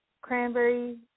cranberry